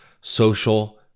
Social